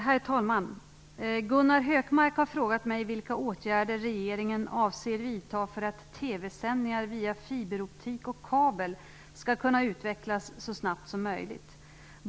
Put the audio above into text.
Herr talman! Gunnar Hökmark har frågat mig vilka åtgärder regeringen avser att vidta för att TV sändningar via fiberoptik och kabel skall kunna utvecklas så snabbt som möjligt.